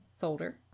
folder